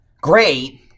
Great